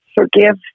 forgive